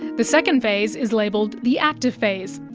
the second phase is labelled the active phase,